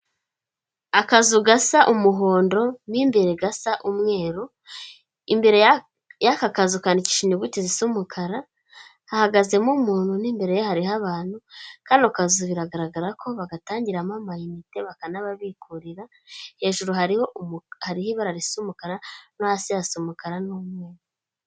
Akazu gasa umuhondo mo imbere gasa umweru, imbere y'aka kazu kadikisha inyuguti z'umukara, hahagazemo umuntu, n'imbere ye hariho abantu, kano kazu biragaragara ko bagatangiramo amayinite bakanababikurira, hejuru hariho ibara risa umukara, no hasi hasa umukara n'umweru.